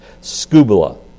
scuba